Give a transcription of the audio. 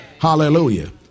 Hallelujah